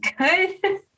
good